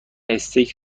استیک